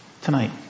tonight